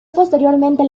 posteriormente